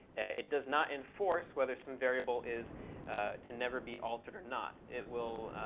it does not enforce whether some variable is to never be altered or not. it. will